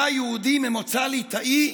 היה יהודי ממוצא ליטאי,